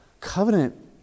covenant